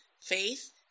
Faith